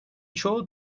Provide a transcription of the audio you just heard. çoğu